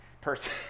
person